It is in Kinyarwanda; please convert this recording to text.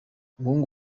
umuhungu